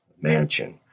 mansion